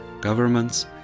governments